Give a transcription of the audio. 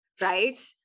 Right